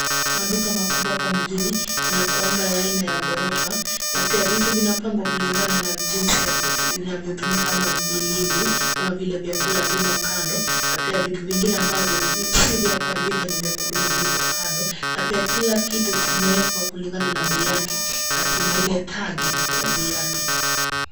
Maduka makubwa hapa mjini yanakuwanga ya aina ya ghorofa na pia vitu vinapangwa kulingana na jinsi ya vinavyotumika kama vilivyo kama vile vyakula vimo kando na pia vitu vingine ambavyo si vya kuharibika ni vya kudumu viko kando na pia kila kitu kimewekwa kulingana na bei yake na kina ile tag ya bei yake.